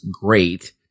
great